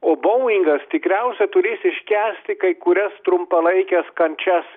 o boingas tikriausia turės iškęsti kai kurias trumpalaikes kančias